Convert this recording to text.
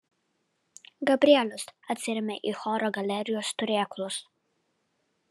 gabrielius atsirėmė į choro galerijos turėklus